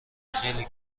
خیلی